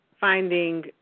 finding